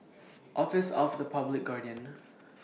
Office of The Public Guardian